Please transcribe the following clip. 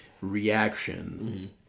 reaction